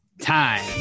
time